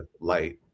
light